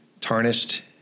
tarnished